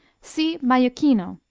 see majocchino,